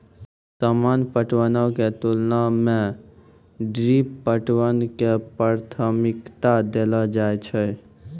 सामान्य पटवनो के तुलना मे ड्रिप पटवन के प्राथमिकता देलो जाय छै